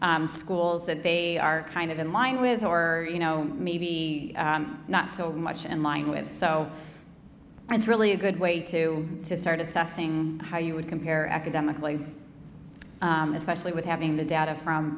schools that they are kind of in line with or you know maybe not so much in line with so it's really a good way to to start assessing how you would compare academically especially with having the data from